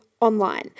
online